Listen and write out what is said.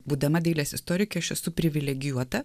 būdama dailės istorikė aš esu privilegijuota